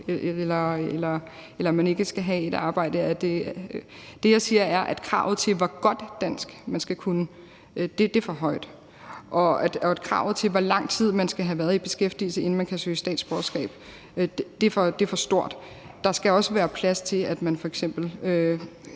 eller at man ikke skal have et arbejde. Det, jeg siger, er, at kravet til, hvor godt dansk man skal kunne, er for højt, og at kravet til, hvor lang tid man skal have været i beskæftigelse, inden man kan søge om statsborgerskab, er for højt. Der skal også være plads til, at man f.eks.